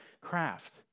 craft